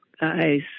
guys